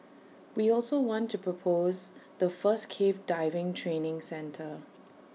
we also want to propose the first cave diving training centre